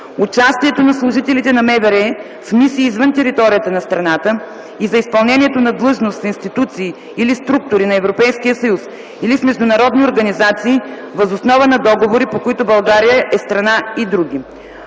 участието на служители на МВР в мисии извън територията на страната и за изпълнението на длъжност в институции или структури на Европейския съюз, или в международни организации въз основа на договори, по които България е страна, и др.